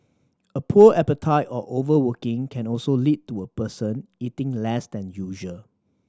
a poor appetite or overworking can also lead to a person eating less than usual